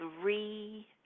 three